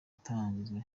atangiza